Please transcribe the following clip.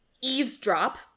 eavesdrop